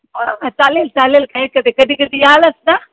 हो चालेल चालेल काय कधी कधी यालच ना